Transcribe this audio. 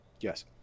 Yes